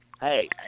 hey